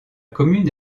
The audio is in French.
commune